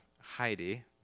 Heidi